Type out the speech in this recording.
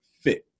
fit